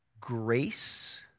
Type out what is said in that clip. grace